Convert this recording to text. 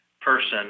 person